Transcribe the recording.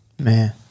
man